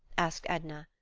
asked edna.